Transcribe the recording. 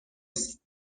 است